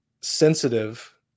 sensitive